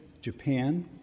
Japan